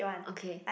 okay